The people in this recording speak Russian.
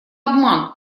обман